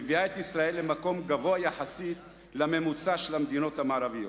מביא את ישראל למקום גבוה יחסית לממוצע של המדינות המערביות.